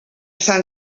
sant